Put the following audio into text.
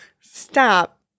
Stop